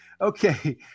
okay